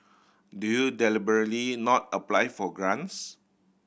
do you deliberately not apply for grants